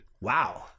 wow